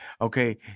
okay